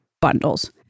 bundles